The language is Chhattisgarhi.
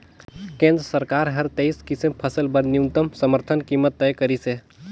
केंद्र सरकार हर तेइस किसम फसल बर न्यूनतम समरथन कीमत तय करिसे